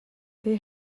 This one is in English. they